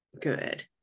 good